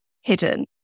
hidden